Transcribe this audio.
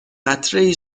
قطرهای